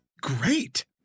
great